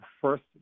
first